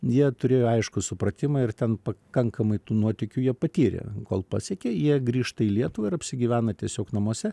jie turėjo aiškų supratimą ir ten pakankamai tų nuotykių jie patyrė kol pasiekė jie grįžta į lietuvą ir apsigyvena tiesiog namuose